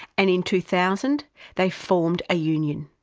and in two thousand they formed a union.